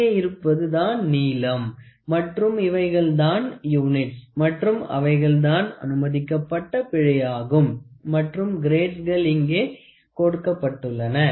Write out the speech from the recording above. இங்கே இருப்பது தான் நீளம் மற்றும் இவைகள்தான் யுனிட்ஸ் மற்றும் அவைகள் தான் அனுமதிக்கப்பட்ட பிழையாகும் மற்றும் கிரேட்ஸ்கள் இங்கே கொடுக்கப்பட்டுள்ளன